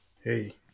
hey